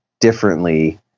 differently